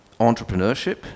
entrepreneurship